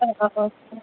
അ ആ ആ ആ